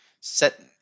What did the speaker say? set